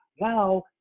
Now